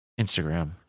instagram